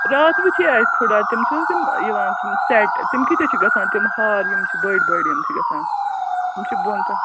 راتھ وٕچھے اَسہِ تھوڑا تِم چھِ نہ تِم یِوان سٮ۪ٹ تِم کۭتِس چھِ گژھان تِم ہار یِم چھِ بٔڑۍ بٔڑۍ یِم چھِ گژھان یِم چھِ بۄن تا